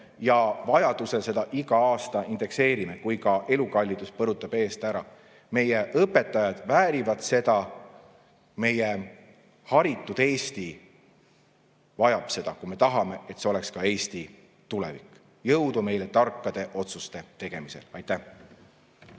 vajadusel seda igal aastal indekseerime, kui elukallidus põrutab eest ära. Meie õpetajad väärivad seda. Meie haritud Eesti vajab seda, kui me tahame, et see oleks ka Eesti tulevik. Jõudu meile tarkade otsuste tegemisel!